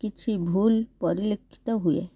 କିଛି ଭୁଲ ପରିଲକ୍ଷିତ ହୁଏ